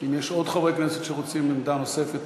אם יש עוד חברי כנסת שרוצים עמדה נוספת,